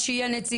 נירה שהיא הנציגה,